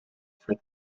for